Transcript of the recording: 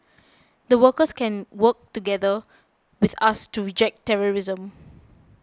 the workers can work together with us to reject terrorism